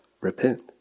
Repent